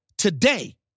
today